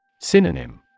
Synonym